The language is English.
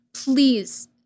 Please